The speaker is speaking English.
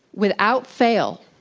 without fail,